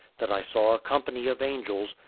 that i saw a company of angels,